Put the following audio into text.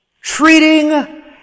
treating